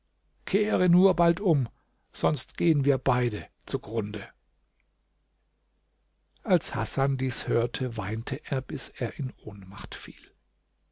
kehre nur bald um sonst gehen wir beide zugrunde als hasan dies hörte weinte er bis er in ohnmacht fiel